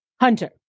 Hunter